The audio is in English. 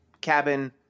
cabin